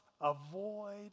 Avoid